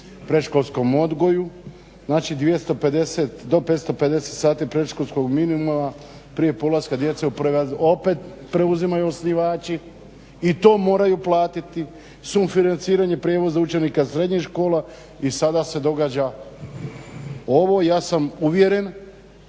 predškolskom odgoju, znači 250 do 550 sati predškolskog minimuma prije polaska djece u prve razrede, opet preuzimaju osnivači i to moraju platiti. Sufinanciranje prijevoza učenika srednjih škola i sada se događa ovo. Ja sam uvjeren,